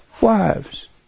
wives